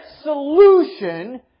solution